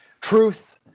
truth